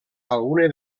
alguna